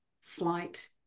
flight